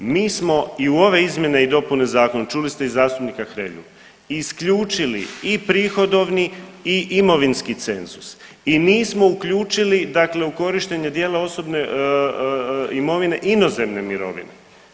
Mi smo i u ove izmjene i dopune zakona čuli ste i zastupnika Hrelju isključili i prihodovni i imovinski cenzus i nismo uključili, dakle u korištenje dijela osobne imovine inozemne mirovine.